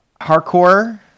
hardcore